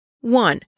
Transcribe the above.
One